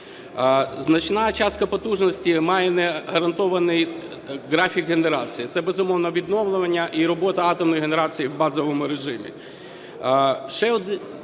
Значна частка потужностей має не гарантований графік генерації. Це, безумовно, відновлення і робота атомної генерації в базовому режимі.